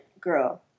Girl